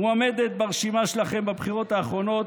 מועמדת ברשימה שלכם בבחירות האחרונות.